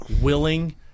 willing